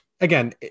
again